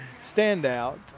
standout